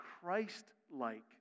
Christ-like